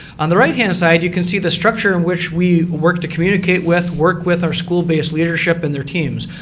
on the right-hand side you can see the structure in which we work to communicate with, work with our school-based leadership and their teams.